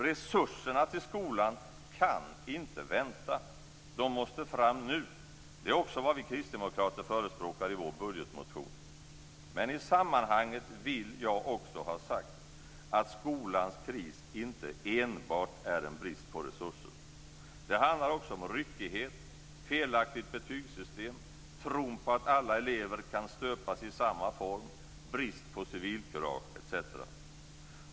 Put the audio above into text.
Resurserna till skolan kan inte vänta. De måste fram nu. Det är också vad vi kristdemokrater förespråkar i vår budgetmotion. Men i sammanhanget vill jag också ha sagt att skolans kris inte enbart är en fråga om brist på resurser. Det handlar också om ryckighet, felaktigt betygssystem, tro på att alla elever kan stöpas i samma form, brist på civilkurage etc.